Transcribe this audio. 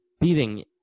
beating